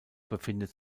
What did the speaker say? befindet